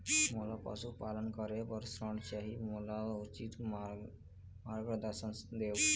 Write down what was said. मोला पशुपालन करे बर ऋण चाही, मोला उचित मार्गदर्शन देव?